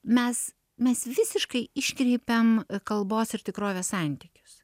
mes mes visiškai iškreipiam kalbos ir tikrovės santykius